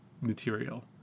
material